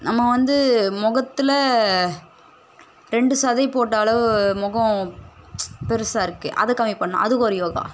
நம்ம வந்து முகத்துல ரெண்டு சதைப் போட்ட அளவு முகம் பெருசாக இருக்குது அதை கம்மி பண்ணலாம் அதுக்கு ஒரு யோகா